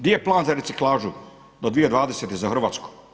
Di je plan za reciklažu do 2020. za Hrvatsku?